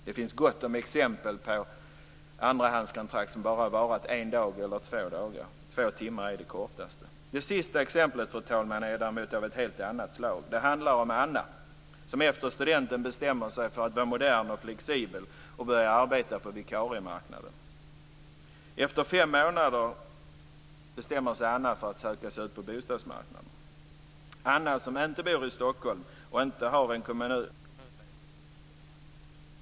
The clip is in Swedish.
Det finns gott om exempel på andrahandskontrakt som bara har varat en eller två dagar. Två timmar är det kortaste. Det sista exemplet, fru talman, är däremot av ett helt annat slag. Det handlar om Anna, som efter studenten bestämmer sig för att vara modern och flexibel och börjar arbeta på vikariemarknaden. Efter fem månader bestämmer sig Anna för att söka sig ut på bostadsmarknaden. Anna, som inte bor i Stockholm och inte har en kommunledning som förbjuder allmännyttan att bygga nytt, lyckas hitta en bostad, och allt borde vara frid och fröjd.